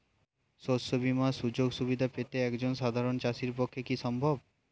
শস্য বীমার সুযোগ সুবিধা পেতে একজন সাধারন চাষির পক্ষে কি সম্ভব?